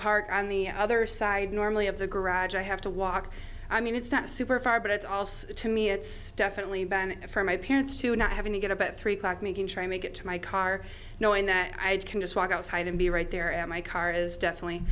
park on the other side normally of the garage i have to walk i mean it's not super far but it's also to me it's definitely benefit for my parents to not having to get about three o'clock making sure i make it to my car knowing that i can just walk outside and be right there at my car is definitely